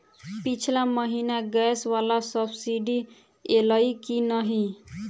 पिछला महीना गैस वला सब्सिडी ऐलई की नहि?